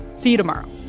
see you tomorrow